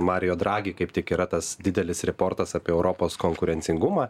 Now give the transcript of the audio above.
mario dragi kaip tik yra tas didelis riportas apie europos konkurencingumą